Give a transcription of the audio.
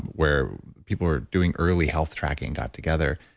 where people are doing early health tracking got together.